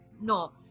no